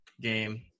game